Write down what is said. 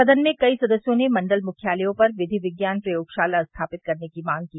सदन में कई सदस्यों ने मंडल मुख्यालयों पर विधि विज्ञान प्रयोगशाला स्थापित करने की मांग की